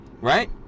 right